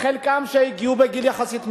חלקם הגיעו בגיל יחסית מבוגר,